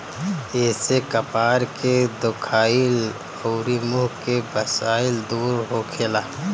एसे कपार के दुखाइल अउरी मुंह के बसाइल दूर होखेला